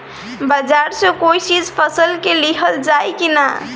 बाजार से कोई चीज फसल के लिहल जाई किना?